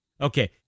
Okay